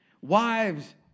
Wives